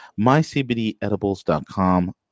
MyCBDEdibles.com